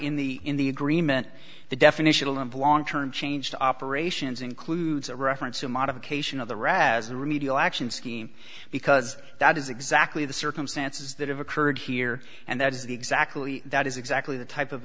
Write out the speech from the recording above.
in the in the agreement the definitional and long term change to operations includes a reference to modification of the raza remedial action scheme because that is exactly the circumstances that have occurred here and that is exactly that is exactly the type of